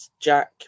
Jack